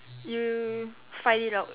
you fight it out